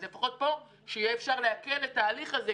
אז לפחות פה שאפשר יהיה להקל את ההליך הזה,